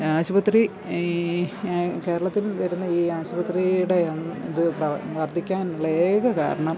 ആശുപത്രി ഈ കേരളത്തില് വരുന്ന ഈ ആശുപത്രിയുടെ ഇത് വര്ദ്ധിക്കാനുള്ള ഏക കാരണം